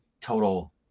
total